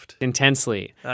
intensely